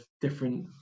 different